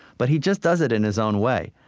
but he just does it in his own way.